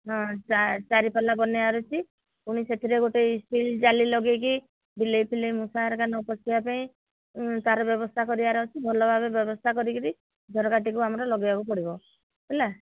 ହଁ ଚାରି ପାଲା ବନେଇବାର ଅଛି ପୁଣି ସେଥିରେ ଗୋଟିଏ ଷ୍ଟିଲ୍ ଜାଲି ଲଗେଇକି ବିଲେଇ ଫିଲେଇ ମୂଷା ହେରିକା ନପଶିବା ପାଇଁ ତାର ବ୍ୟବସ୍ଥା କରିବାର ଅଛି ଭଲଭାବେ ବ୍ୟବସ୍ଥା କରିକିରି ଝରକାଟିକୁ ଆମର ଲଗେଇବାକୁ ପଡ଼ିବ ହେଲା